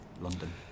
London